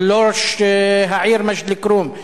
של ראש העיר מג'ד-אל-כרום,